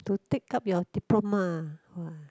to take up your diploma !wah!